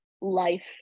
life